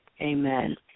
Amen